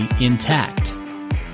intact